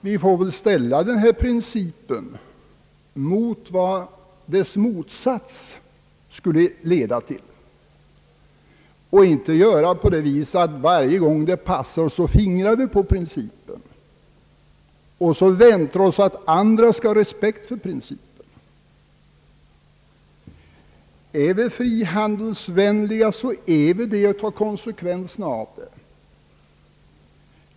Vi får väl ställa den här principen mot vad dess motsats skulle leda till och inte fingra på den varje gång det passar oss och vänta att andra skall ha respekt för principer. Är vi frihandelsvänliga får vi ta konsekvenserna härav.